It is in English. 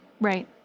right